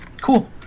Cool